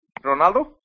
Ronaldo